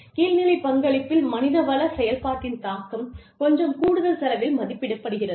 கீழ்நிலை பங்களிப்பில் மனிதவள செயல்பாட்டின் தாக்கம் கொஞ்சம் கூடுதல் செலவில் மதிப்பிடப்படுகிறது